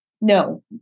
No